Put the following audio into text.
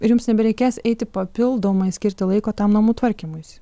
ir jums nebereikės eiti papildomai skirti laiko tam namų tvarkymuisi